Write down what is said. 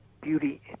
beauty